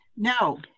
No